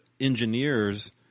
engineers